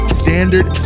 standard